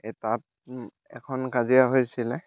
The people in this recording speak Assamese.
এই তাত এখন কাজিয়া হৈছিলে